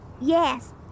Yes